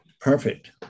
Perfect